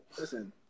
Listen